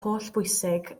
hollbwysig